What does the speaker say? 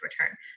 return